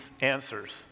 answers